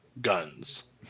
guns